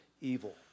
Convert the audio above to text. evil